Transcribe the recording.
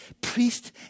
priest